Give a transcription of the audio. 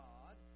God